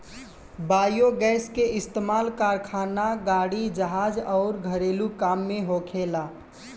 biogas के इस्तमाल कारखाना, गाड़ी, जहाज अउर घरेलु काम में होखेला